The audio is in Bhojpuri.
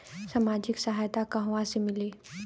सामाजिक सहायता कहवा से मिली?